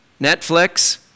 Netflix